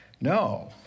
No